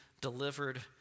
delivered